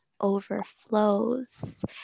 overflows